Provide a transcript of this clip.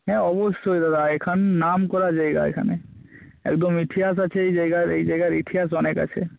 হ্যাঁ অবশ্যই দাদা এখান নাম করা জায়গা এখানে একদম ইতিহাস আছে এই জায়গার এই জায়গার ইতিহাস অনেক আছে